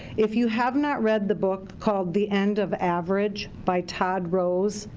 if you have not read the book called the end of average by todd rose,